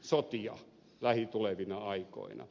sotia lähitulevina aikoina